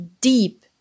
deep